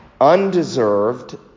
undeserved